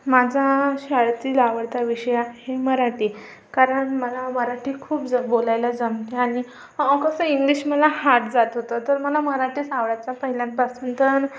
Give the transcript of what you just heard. माझा शाळेतील आवडता विषय आहे मराठी कारण मला मराठी खूप ज बोलायला जमतं आणि कसं इंग्लिश मला हार्ड जात होतं तर मला मराठीच आवडायचा पहिल्यांपासून तर